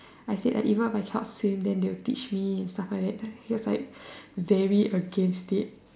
I said even if I cannot swim then they will teach me and stuff like that he was like very against it